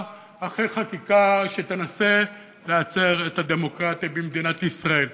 אחרי חקיקה שתנסה להצר את הדמוקרטיה במדינת ישראל.